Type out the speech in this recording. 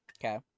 okay